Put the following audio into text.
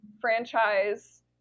franchise